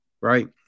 right